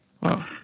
Wow